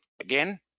again